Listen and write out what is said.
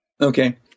Okay